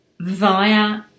via